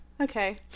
okay